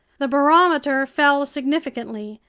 the barometer fell significantly,